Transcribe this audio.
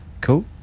Cool